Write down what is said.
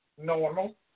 normal